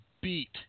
beat